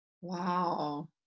Wow